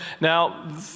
Now